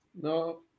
No